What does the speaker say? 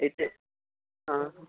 हिते हा